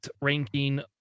ranking